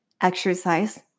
exercise